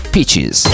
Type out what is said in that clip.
Peaches